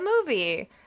movie